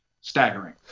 staggering